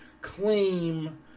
claim